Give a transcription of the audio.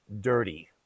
dirty